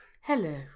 Hello